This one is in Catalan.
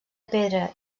pedra